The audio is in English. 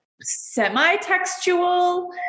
semi-textual